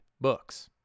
books